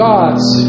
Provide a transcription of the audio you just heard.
God's